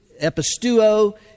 Epistuo